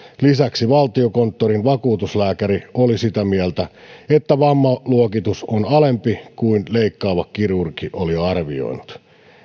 lisäksi valtiokonttorin vakuutuslääkäri oli sitä mieltä että vammaluokitus on alempi kuin leikkaava kirurgi oli arvioinut